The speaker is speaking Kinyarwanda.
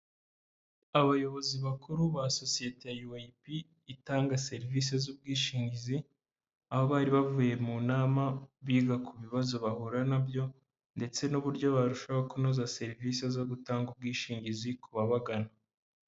Abayobozi bakuru ba sosiyete ya wap itanga serivisi z'ubwishingizi ,aho bari bavuye mu nama biga ku bibazo bahura nabyo n'uburyo barushaho kunoza serivisi zo gutanga ubwishingizi ku babagana.